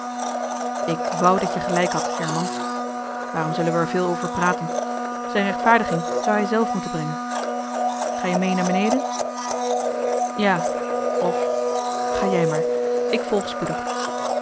ik wou dat je gelijk hadt herman waarom zullen we er veel over praten zijn rechtvaardiging zou hij zelf moeten brengen ga je mee naar beneden ja of ga jij maar ik volg spoedig